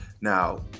Now